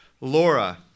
Laura